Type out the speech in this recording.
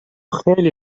خیلی